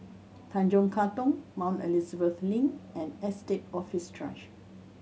Tanjong Katong Mount Elizabeth Link and Estate Office